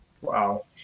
Wow